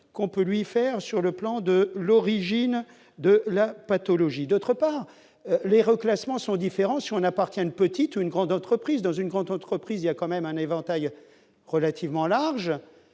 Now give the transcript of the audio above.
qu'on peut lui faire sur le plan de l'origine de la pathologie, d'autre part, les reclassements sont différents, si on appartient, une petite ou une grande entreprise dans une grande entreprise il y a quand même un éventail relativement large